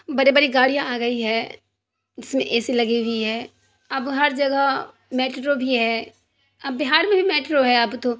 بڑے بڑی گاڑیاں آ گئی ہے جس میں اے سی لگی ہوئی ہے اب ہر جگہ میٹرو بھی ہے اب بہار میں بھی میٹرو ہے اب تو